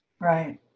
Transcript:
Right